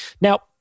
Now